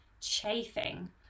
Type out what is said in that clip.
chafing